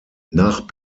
nach